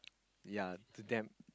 ya to them